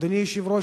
אדוני היושב-ראש,